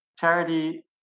charity